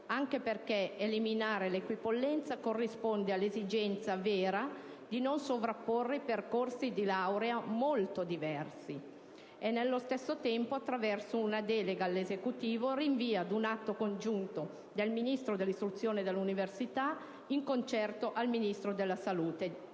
anche perché eliminare l'equipollenza corrisponde all'esigenza vera di non sovrapporre percorsi di laurea molto diversi. Nello stesso tempo, attraverso una delega all'Esecutivo, si rinvia ad un atto congiunto del Ministro dell'istruzione e dell'università di concerto con il Ministro della salute